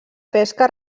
pesca